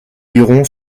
liront